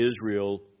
Israel